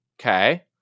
Okay